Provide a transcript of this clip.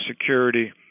security